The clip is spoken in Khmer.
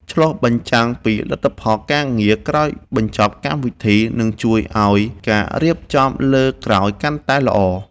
ឆ្លុះបញ្ចាំងពីលទ្ធផលការងារក្រោយបញ្ចប់កម្មវិធីនឹងជួយឱ្យការរៀបចំលើកក្រោយកាន់តែល្អ។